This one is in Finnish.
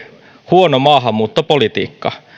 huono maahanmuuttopolitiikka